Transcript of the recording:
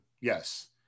yes